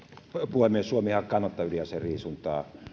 puhemies suomihan kannattaa ydinaseriisuntaa